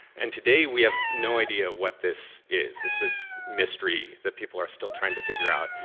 and today, we have no idea what this is. it's this mystery that people are still trying to figure out.